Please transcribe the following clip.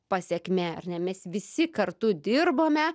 pasekmė ar ne mes visi kartu dirbome